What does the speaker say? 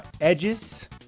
edges